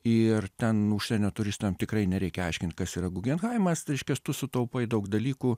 ir ten užsienio turistams tikrai nereikia aiškint kas yra guggenheimas reiškias tu sutaupai daug dalykų